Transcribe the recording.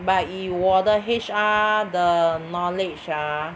but 以我的 H_R 的 knowledge ah